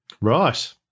Right